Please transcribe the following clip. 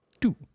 two